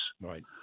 Right